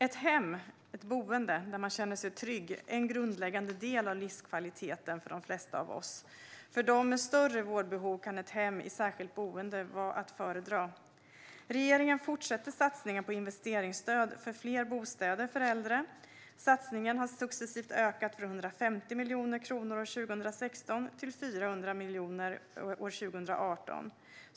Ett hem, ett boende, där man känner sig trygg är en grundläggande del av livskvalitet för de flesta av oss. För dem med större vårdbehov kan ett hem i särskilt boende vara att föredra. Regeringen fortsätter med satsningen på investeringsstöd för fler bostäder för äldre. Satsningen har successivt ökat från 150 miljoner kronor år 2016 till 400 miljoner kronor år 2018.